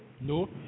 No